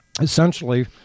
essentially